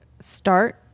start